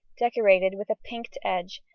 decorated with a pinked edge,